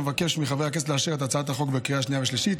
אבקש מחברי הכנסת לאשר את הצעת החוק בקריאה השנייה והשלישית.